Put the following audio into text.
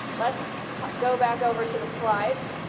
let's go back over to the slides.